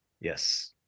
Yes